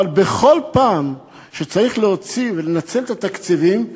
אבל בכל פעם שצריך להוציא ולנצל את התקציבים,